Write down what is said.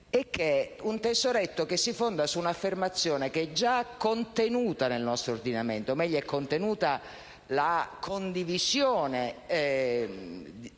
di avere, che si fonda su una affermazione che è già contenuta nel nostro ordinamento, o meglio è contenuta la condivisione